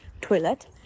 toilet